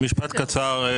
כן משפט קצר,